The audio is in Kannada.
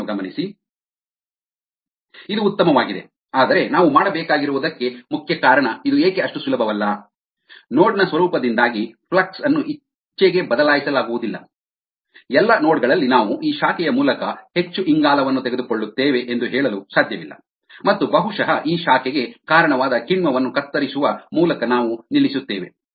splitratiofluxthroughthedesiredbranchsumoffluxesthroughallbranchesJ2iJiJ2J1J2J3 ಇದು ಉತ್ತಮವಾಗಿದೆ ಆದರೆ ನಾವು ಮಾಡಬೇಕಾಗಿರುವುದಕ್ಕೆ ಮುಖ್ಯ ಕಾರಣ ಇದು ಏಕೆ ಅಷ್ಟು ಸುಲಭವಲ್ಲ ನೋಡ್ನ ಸ್ವರೂಪದಿಂದಾಗಿ ಫ್ಲಕ್ಸ್ ಅನ್ನು ಇಚ್ಚೆಗೆ ಬದಲಾಯಿಸಲಾಗುವುದಿಲ್ಲ ಎಲ್ಲಾ ನೋಡ್ ಗಳಲ್ಲಿ ನಾವು ಈ ಶಾಖೆಯ ಮೂಲಕ ಹೆಚ್ಚು ಇಂಗಾಲವನ್ನು ತೆಗೆದುಕೊಳ್ಳುತ್ತೇವೆ ಎಂದು ಹೇಳಲು ಸಾಧ್ಯವಿಲ್ಲ ಮತ್ತು ಬಹುಶಃ ಈ ಶಾಖೆಗೆ ಕಾರಣವಾದ ಕಿಣ್ವವನ್ನು ಕತ್ತರಿಸುವ ಮೂಲಕ ನಿಲ್ಲಿಸುತ್ತೇವೆ